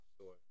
store